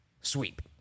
sweep